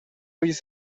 use